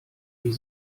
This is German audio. die